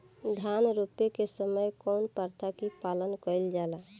धान रोपे के समय कउन प्रथा की पालन कइल जाला?